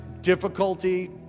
Difficulty